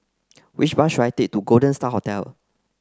which bus should I take to Golden Star Hotel